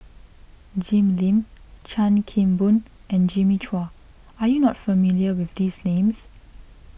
Jim Lim Chan Kim Boon and Jimmy Chua are you not familiar with these names